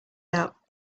out